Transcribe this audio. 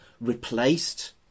replaced